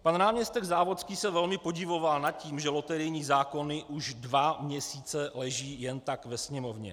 Pan náměstek Závodský se velmi podivoval nad tím, že loterijní zákony už dva měsíce leží jen tak ve Sněmovně.